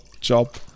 job